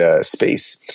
space